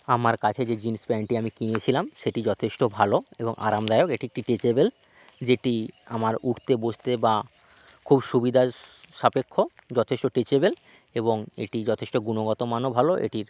আমার কাছে যে জিন্স প্যান্টটি আমি কিনেছিলাম সেটি যথেষ্ট ভালো এবং আরামদায়ক এটি একটি টেচেবেল যেটি আমার উঠতে বসতে বা খুব সুবিধা সাপেক্ষ যথেষ্ট টেচেবেল এবং এটি যথেষ্ট গুণগতমানও ভালো এটির